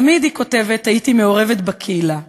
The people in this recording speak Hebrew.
תמיד, היא כותבת, הייתי מעורבת בקהילה,